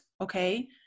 okay